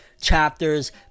chapters